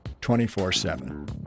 24-7